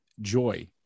joy